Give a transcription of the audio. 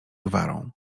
gwarą